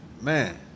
Man